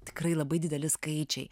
tikrai labai dideli skaičiai